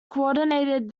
coordinated